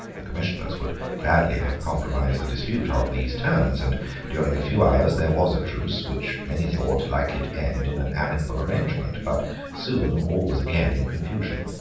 the commissioners would gladly have compromised the dispute on these terms and during a few hours there was a truce which many thought likely to end in an amicable arrangement but soon all was again in confusion.